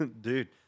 Dude